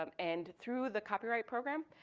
um and through the copyright program,